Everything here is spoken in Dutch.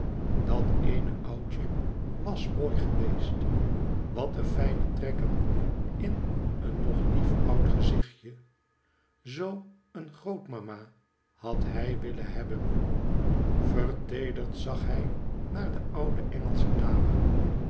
dat eene oudje was mooi geweest wat een fijne trekken in een nog lief oud gezichtje zoo een grootmama had hij willen hebben verteederd zag hij naar de oude engelsche dame